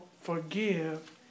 forgive